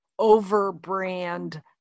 overbrand